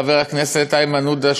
חבר הכנסת איימן עודה,